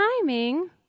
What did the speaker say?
timing